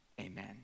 Amen